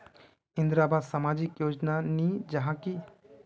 इंदरावास सामाजिक योजना नी जाहा की?